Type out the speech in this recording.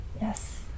Yes